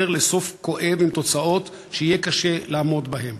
לסוף כואב עם תוצאות שיהיה קשה לעמוד בהן.